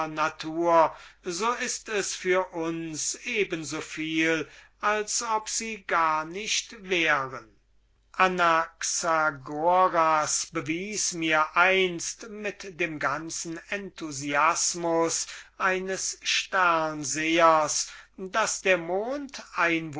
natur so ist es für uns eben so viel als ob sie gar nicht wären anaxagoras bewies mir einst mit dem ganzen enthusiasmus eines sternsehers daß der mond